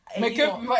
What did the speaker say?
Makeup